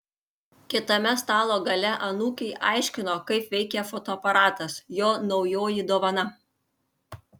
kitame stalo gale anūkei aiškino kaip veikia fotoaparatas jo naujoji dovana